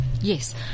Yes